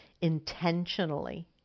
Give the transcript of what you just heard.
intentionally